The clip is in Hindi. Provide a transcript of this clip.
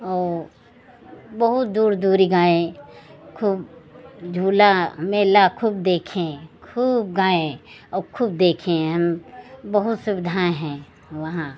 और बहुत दूर दूर गए खूब झूला मेला खूब देखे खूब गाए और खूब देखे हम बहुत सुविधाएँ हैं वहाँ